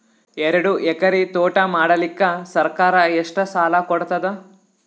ಎರಡು ಎಕರಿ ತೋಟ ಮಾಡಲಿಕ್ಕ ಸರ್ಕಾರ ಎಷ್ಟ ಸಾಲ ಕೊಡತದ?